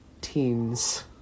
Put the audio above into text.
teens